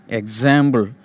example